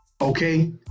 Okay